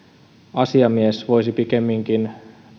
asiamies voisi pikemminkin